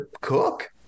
cook